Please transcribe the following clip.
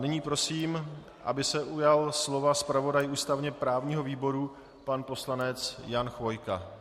Nyní prosím, aby se ujal slova zpravodaj ústavněprávního výboru pan poslanec Jan Chvojka.